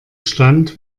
stand